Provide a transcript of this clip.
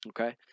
Okay